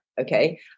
Okay